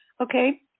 Okay